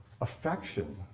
affection